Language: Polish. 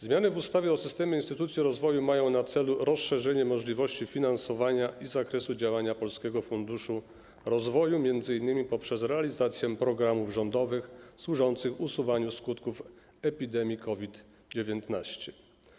Zmiany w ustawie o systemie instytucji rozwoju mają na celu rozszerzenie możliwości finansowania i zakresu działania Polskiego Funduszu Rozwoju m.in. poprzez realizację programów rządowych służących usuwaniu skutków epidemii COVID-19.